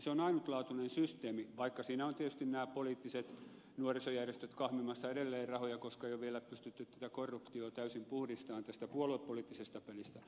se on ainutlaatuinen systeemi vaikka siinä ovat tietysti nämä poliittiset nuorisojärjestöt kahmimassa edelleen rahoja koska ei ole vielä pystytty sitä korruptiota täysin puhdistamaan tästä puoluepoliittisesta pelistä